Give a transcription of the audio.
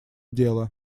дела